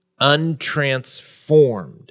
untransformed